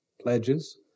pledges